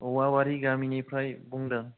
औवाबारि गामिनिफ्राय बुंदों